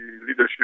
leadership